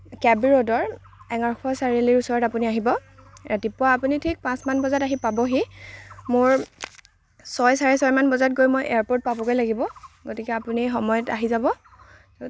কে B ৰোডৰ এঙাৰখোৱা চাৰিআলিৰ ওচৰত আপুনি আহিব ৰাতিপুৱা আপুনি ঠিক পাঁচমান বজাত আহি পাবহি মোৰ ছয় চাৰে ছয় মান বজাত গৈ মই এয়াৰপৰ্ট পাবগৈ লাগিব গতিকে আপুনি সময়ত আহি যাব